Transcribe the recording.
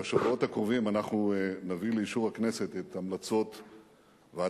בשבועות הקרובים אנחנו נביא לאישור הכנסת את המלצות ועדת-טרכטנברג.